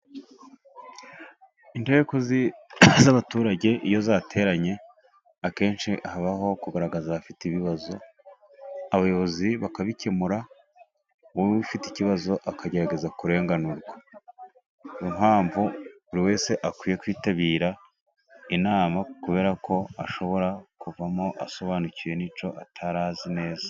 Inteko z'abaturage iyo zateranye, akenshi habaho kugaragaza abafite ibibazo, abayobozi bakabikemura, wowe ufite ikibazo akagerageza kurenganurwa. Impamvu buri wese akwiye kwitabira inama, kubera ko ashobora kuvamo asobanukiwe n'icyo atari azi neza.